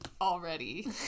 already